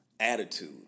attitude